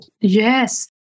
Yes